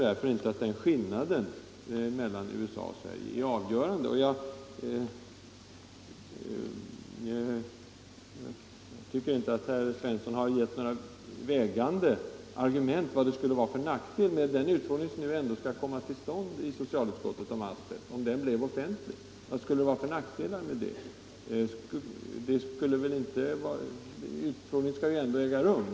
Herr Svensson har inte klargjort vad det skulle vara för nackdelar, om den utfrågning som nu ändå skall komma till stånd i socialutskottet om asbest, blev offentlig. Utfrågningen skall ju ändå äga rum.